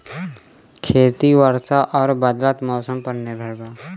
खेती वर्षा और बदलत मौसम पर निर्भर बा